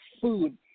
food